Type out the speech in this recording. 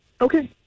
Okay